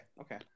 okay